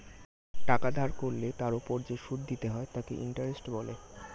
টাকা ধার করলে তার ওপর যে সুদ দিতে হয় তাকে ইন্টারেস্ট বলে